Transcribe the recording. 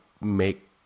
make